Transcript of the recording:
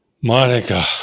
Monica